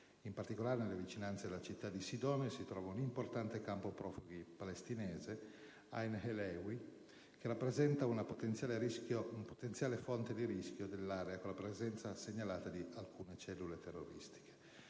In particolare, nelle vicinanze della città di Sidone, si trova un importante campo profughi palestinese, denominato Ain El Helwi, che rappresenta una potenziale fonte di rischio nell'area per la presenza segnalata di cellule terroristiche.